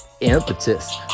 impetus